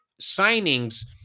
signings